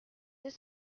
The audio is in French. deux